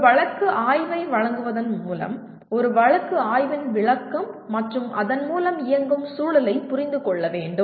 ஒரு வழக்கு ஆய்வை வழங்குவதன் மூலம் ஒரு வழக்கு ஆய்வின் விளக்கம் மற்றும் அதன் மூலம் இயங்கும் சூழலைப் புரிந்து கொள்ள வேண்டும்